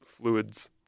fluids